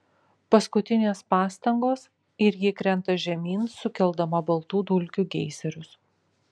paskutinės pastangos ir ji krenta žemyn sukeldama baltų dulkių geizerius